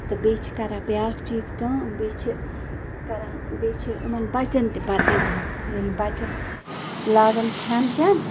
تہٕ بیٚیہِ چھِ کران بیٛاکھ چیٖز کٲم بیٚیہِ چھِ کران بیٚیہِ چھِ یِمَن بَچَن تہِ پَتہٕ دِوان ییٚلہِ بَچہِ لاگَن کھٮ۪ن چٮ۪ن